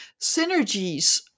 synergies